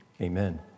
Amen